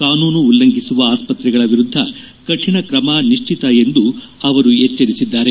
ಕಾನೂನು ಉಲ್ಲಂಘಿಸುವ ಆಸ್ಪತ್ರೆಗಳ ವಿರುದ್ಧ ಕಠಿಣ ಕ್ರಮ ನಿಶ್ಚಿತ ಎಂದು ಎಚ್ಚರಿಸಿದ್ದಾರೆ